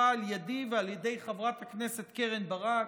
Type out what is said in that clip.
על ידי ועל ידי חברת הכנסת קרן ברק,